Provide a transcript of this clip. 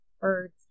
birds